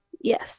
Yes